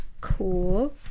cool